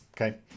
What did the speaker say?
Okay